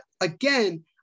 again